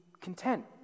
content